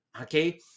okay